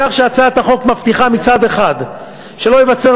כך הצעת החוק מבטיחה מצד אחד שלא ייווצר